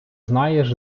знаєш